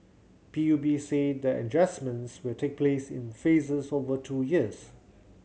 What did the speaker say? P U B said the adjustments will take place in phases over two years